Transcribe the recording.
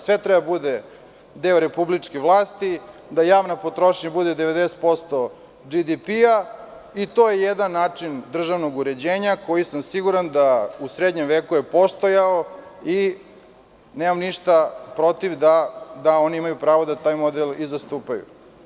Sve treba da bude deo republičke vlasti, da javna potrošnja bude 90% GDP i to je jedan način državnog uređenja za koji sam siguran da u srednjem veku je postojao i nemam ništa protiv da oni imaju pravo da taj model i zastupaju.